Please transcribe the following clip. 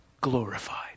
glorified